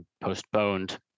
postponed